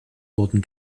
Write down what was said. wurden